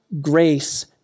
grace